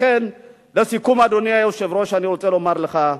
לכן, לסיכום, אדוני היושב-ראש, אני רוצה לומר לך,